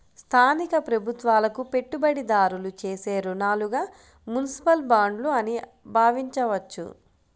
స్థానిక ప్రభుత్వాలకు పెట్టుబడిదారులు చేసే రుణాలుగా మునిసిపల్ బాండ్లు అని భావించవచ్చు